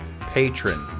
patron